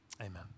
Amen